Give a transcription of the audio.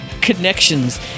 connections